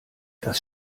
das